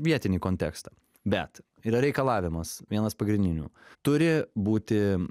vietinį kontekstą bet yra reikalavimas vienas pagrindinių turi būti